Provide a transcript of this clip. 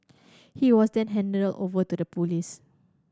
he was then handed over to the police